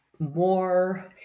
more